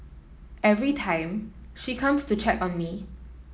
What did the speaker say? every time she comes to check on me